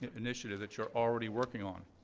initiative that you're already working on.